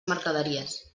mercaderies